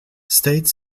state